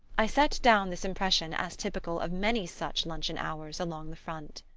i set down this impression as typical of many such luncheon hours along the front.